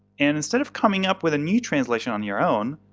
and instead of coming up with a new translation on your own,